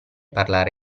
parlare